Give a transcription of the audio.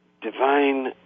divine